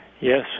Yes